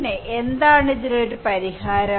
പിന്നെ എന്താണ് ഇതിനൊരു പരിഹാരം